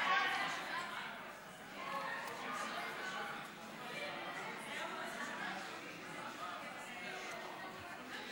שימוש בקרקע חקלאית לייצור אנרגיה מתחדשת ביישובי עדיפות לאומית),